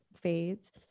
fades